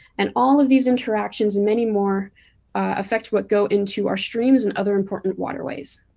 and all of these interactions and many more affect what go into our streams and other important waterways.